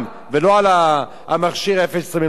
ולא על המכשיר ששמים לו על היד,